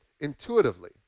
intuitively